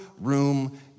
Room